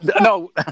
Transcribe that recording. no